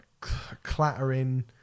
Clattering